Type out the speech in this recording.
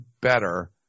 better